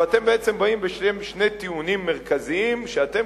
ואתם בעצם באים בשם שני טיעונים מרכזיים שאתם,